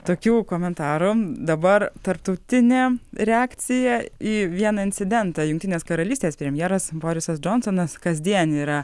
tokių komentarų dabar tarptautinė reakcija į vieną incidentą jungtinės karalystės premjeras borisas džonsonas kasdien yra